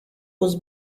was